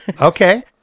Okay